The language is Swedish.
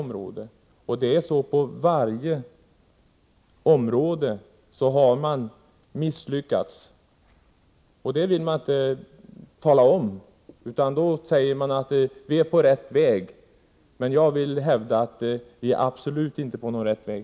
På varje område har man misslyckats. Det vill man inte tala om, utan då säger man att vi är på rätt väg. Men jag vill hävda att vi absolut inte är på rätt väg.